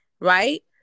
right